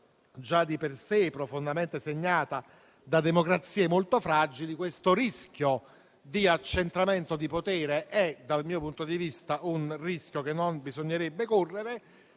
già di per sé profondamente segnata da democrazie molto fragili, il rischio di accentramento di potere è - dal mio punto di vista - un rischio che non bisognerebbe correre.